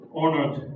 honored